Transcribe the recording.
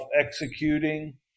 executing